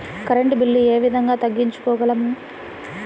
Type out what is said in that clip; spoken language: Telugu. కరెంట్ బిల్లు ఏ విధంగా తగ్గించుకోగలము?